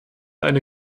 eine